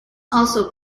also